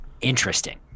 interesting